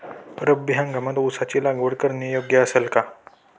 रब्बी हंगामात ऊसाची लागवड करणे योग्य असेल का?